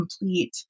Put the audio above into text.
complete